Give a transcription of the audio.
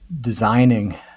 designing